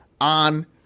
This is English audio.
on